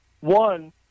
One